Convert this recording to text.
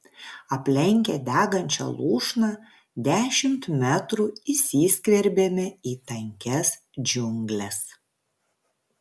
aplenkę degančią lūšną dešimt metrų įsiskverbėme į tankias džiungles